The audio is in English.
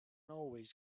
always